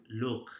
look